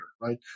right